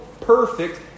perfect